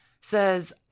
says